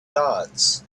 dots